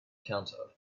counter